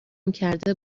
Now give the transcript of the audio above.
کرده